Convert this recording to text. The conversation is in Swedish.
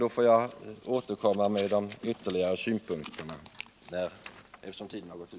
Eftersom min repliktid har gått ut, ber jag att få återkomma med ytterligare synpunkter.